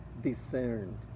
discerned